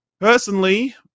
Personally